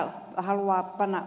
zyskowiczin ja ed